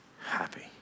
happy